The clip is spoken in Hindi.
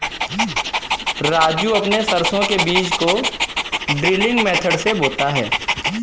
राजू अपने सरसों के बीज को ड्रिलिंग मेथड से बोता है